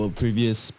previous